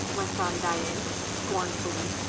went on dain, scornfully,